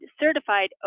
certified